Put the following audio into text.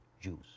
Jews